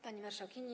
Pani Marszałkini!